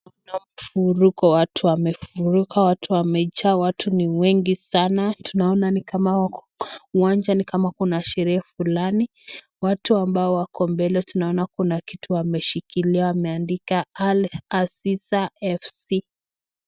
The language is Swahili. Kuna mfuruko watu wamefuruka watu amejaa watu ni wengi sana. Tunaona ni kama wako uwanja ni kama kuna sherehe fulani. Watu ambao wako mbele tunaona kuna kitu wameshikilia wameandika Al-Azizia FC.